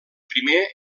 primer